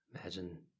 imagine